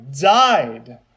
died